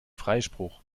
freispruch